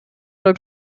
oder